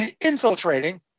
infiltrating